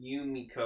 Yumiko